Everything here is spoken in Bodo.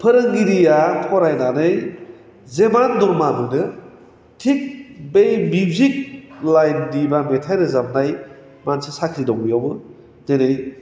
फोरोंगिरिया फरायनानै जिमान दरमाहा मोनो थिक बै मिउजिक लाइननि एबा मेथाइ रोजाबनाय मानसि साख्रि दं बेयावबो जेरै